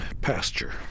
pasture